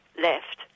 left